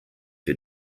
für